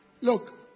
Look